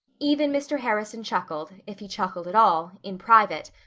even mr. harrison chuckled, if he chuckled at all, in private,